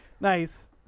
Nice